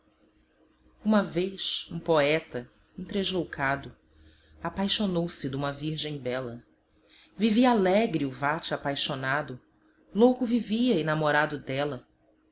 uma vez um poeta um tresloucado apaixonou-se duma virgem bela vivia alegre o vate apaixonado louco vivia enamorado dela